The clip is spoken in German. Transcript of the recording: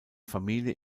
familie